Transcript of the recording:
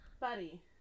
Buddy